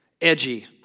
Edgy